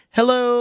Hello